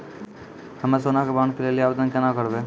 हम्मे सोना के बॉन्ड के लेली आवेदन केना करबै?